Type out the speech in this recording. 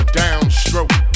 downstroke